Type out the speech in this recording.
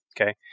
okay